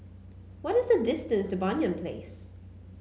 what is the distance to Banyan Place